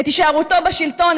את הישארותו בשלטון,